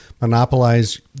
monopolize